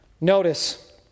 Notice